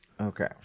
Okay